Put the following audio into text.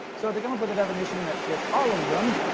so to come up with a definition that fit all of them,